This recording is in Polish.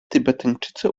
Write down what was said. tybetańczycy